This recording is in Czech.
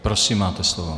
Prosím, máte slovo.